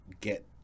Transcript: get